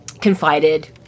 confided